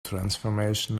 transformation